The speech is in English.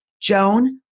Joan